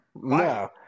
No